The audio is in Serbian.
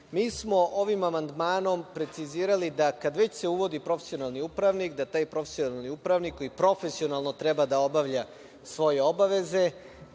Mi smo ovim amandmanom precizirali da kada se već uvodi profesionalni upravnik, da taj profesionalni upravnik, koji profesionalno treba da obavlja svoje obaveze,